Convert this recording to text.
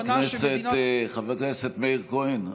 חבר הכנסת מאיר כהן,